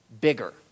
bigger